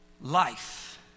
life